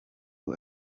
ubu